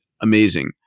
amazing